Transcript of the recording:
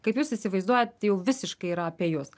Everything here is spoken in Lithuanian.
kaip jūs įsivaizduojat jau visiškai yra apie jus